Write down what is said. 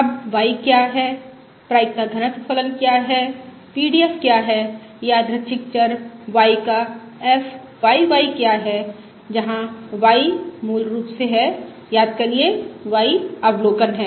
अब y क्या है प्रायिकता घनत्व फलन क्या है P D F क्या है यादृच्छिक चर y का F Y Y क्या है जहां y मूल रूप से है याद करिए y अवलोकन है